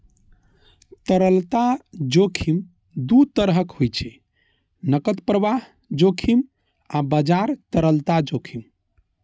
तरलता जोखिम दू तरहक होइ छै, नकद प्रवाह जोखिम आ बाजार तरलता जोखिम